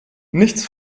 nichts